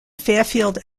fairfield